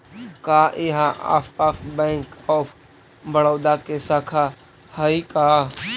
का इहाँ आसपास बैंक ऑफ बड़ोदा के शाखा हइ का?